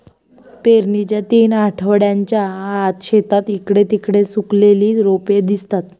पेरणीच्या तीन आठवड्यांच्या आत, शेतात इकडे तिकडे सुकलेली रोपे दिसतात